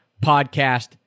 podcast